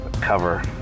cover